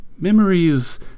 Memories